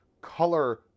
color